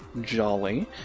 Jolly